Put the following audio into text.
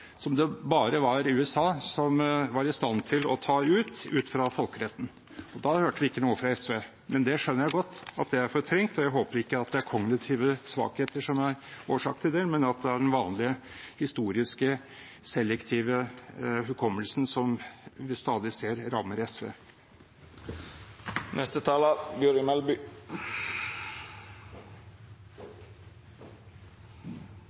som det bare var USA som var i stand til å ta ut, ut fra folkeretten. Da hørte vi ikke noe fra SV. Jeg skjønner godt at det er fortrengt, og jeg håper det ikke er kognitive svakheter som er årsaken til det, men at det skyldes den vanlige selektive historiske hukommelsen som vi ser stadig rammer